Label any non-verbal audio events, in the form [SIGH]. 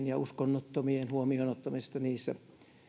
[UNINTELLIGIBLE] ja uskonnottomien huomioon ottamista niissä